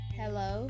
hello